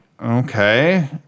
okay